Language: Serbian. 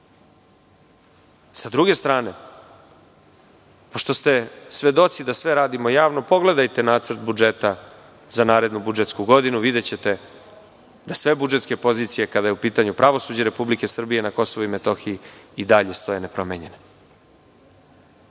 druge strane, pošto ste svedoci da sve radimo javno pogledajte Nacrt budžeta za narednu budžetsku godinu, videćete da sve budžetske pozicije kada je u pitanju pravosuđe Republike Srbije na Kosovu i Metohiji i dalje stoje nepromenjene.